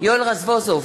יואל רזבוזוב,